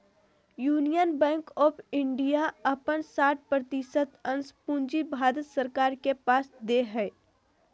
union Bank of India अपन साठ प्रतिशत अंश पूंजी भारत सरकार के पास दे हइ